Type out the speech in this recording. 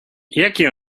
jaki